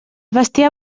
bestiar